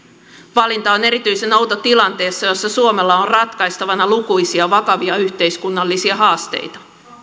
valinta on erityisen outo tilanteessa jossa suomella on ratkaistavana lukuisia vakavia yhteiskunnallisia haasteita